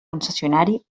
concessionari